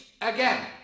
again